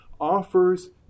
offers